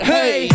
Hey